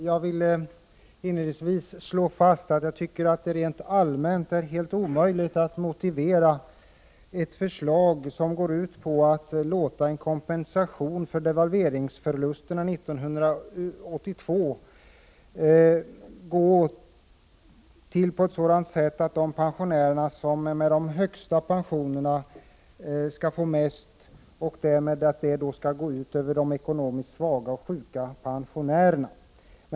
Jag vill inledningsvis slå fast att det rent allmänt är helt omöjligt att motivera ett förslag som går ut på att låta en kompensation för devalveringsförlusterna 1982 lämnas på ett sådant sätt att de pensionärer som har de högsta pensionerna skall få mest, vilket därmed går ut över de ekonomiskt svaga och sjuka pensionärerna.